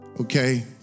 okay